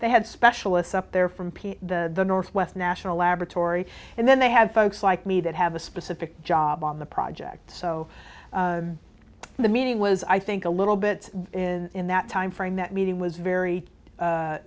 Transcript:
they had specialists up there from p the the northwest national laboratory and then they had folks like me that have a specific job on the project so the meeting was i think a little bit in that timeframe that meeting was very